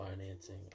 financing